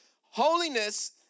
Holiness